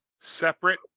Separate